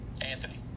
Anthony